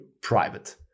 private